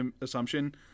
assumption